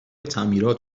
تعمیرات